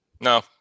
No